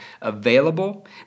available